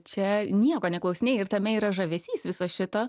čia nieko neklausinėji ir tame yra žavesys viso šito